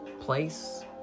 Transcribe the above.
place